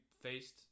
faced